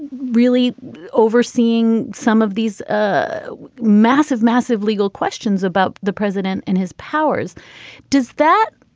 really overseeing some of these ah massive massive legal questions about the president and his powers does that